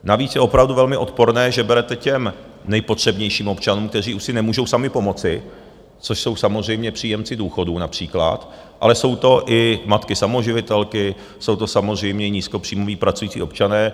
Navíc je opravdu velmi odporné, že berete těm nejpotřebnějším občanům, kteří už si nemůžou sami pomoci, což jsou samozřejmě příjemci důchodů například, ale jsou to i matky samoživitelky, jsou to samozřejmě nízkopříjmoví pracující občané.